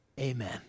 Amen